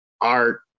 art